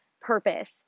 purpose